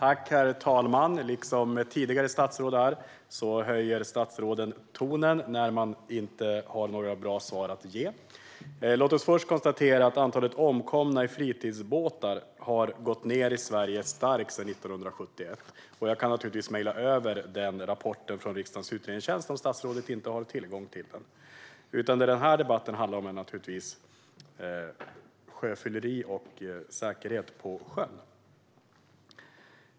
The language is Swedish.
Herr talman! Liksom tidigare statsråd höjer statsrådet tonen när han inte har några bra svar att ge. Låt oss först konstatera att antalet omkomna i fritidsbåtar har gått ned starkt i Sverige sedan 1971. Jag kan naturligtvis mejla över rapporten från riksdagens utredningstjänst, om statsrådet inte har tillgång till den. Den här debatten handlar naturligtvis om sjöfylleri och säkerhet på sjön.